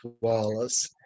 Wallace